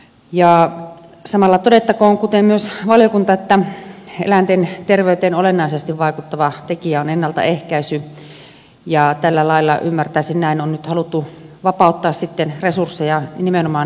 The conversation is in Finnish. ja samalla todettakoon kuten myös valiokunta että eläinten terveyteen olennaisesti vaikuttava tekijä on ennaltaehkäisy ja tällä lailla ymmärtäisin näin on nyt haluttu vapauttaa sitten resursseja nimenomaan ennaltaehkäisevään työhön